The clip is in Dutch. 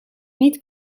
niet